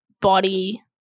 body